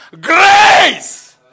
grace